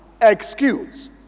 excuse